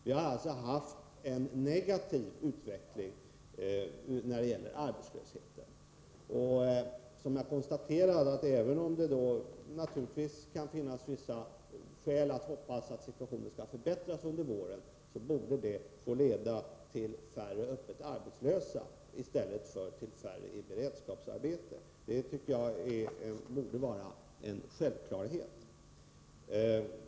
Vi har alltså haft en negativ utveckling när det gäller arbetslösheten. Jag konstaterade att även om det kan finnas skäl att hoppas att situationen skall förbättras under våren, borde detta få leda till färre öppet arbetslösa i stället för till färre i beredskapsarbete. Detta tycker jag borde vara en självklarhet.